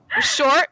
short